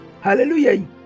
Hallelujah